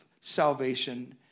salvation